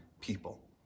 people